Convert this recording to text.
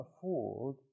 afford